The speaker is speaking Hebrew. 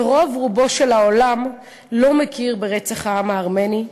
ורוב רובו של העולם לא מכיר ברצח העם הארמני,